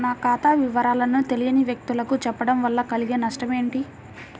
నా ఖాతా వివరాలను తెలియని వ్యక్తులకు చెప్పడం వల్ల కలిగే నష్టమేంటి?